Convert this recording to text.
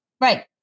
Right